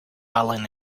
island